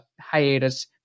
hiatus